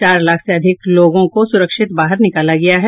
चार लाख से अधिक लोगों को सुरक्षित बाहर निकाला गया है